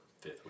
fifth